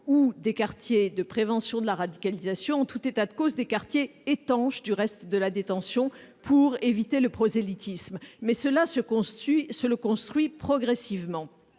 ou des quartiers de prévention de la radicalisation, en tout état de cause des quartiers étanches du reste de la détention, pour éviter le prosélytisme. Mais cela se construit progressivement.